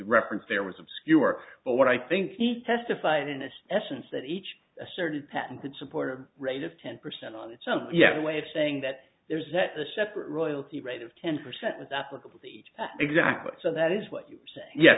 reference there was obscure but what i think he testified in this essence that each asserted patented supporter rate of ten percent on its own yes a way of saying that there's that the separate royalty rate of ten percent is applicable to each exactly so that is what you're saying yes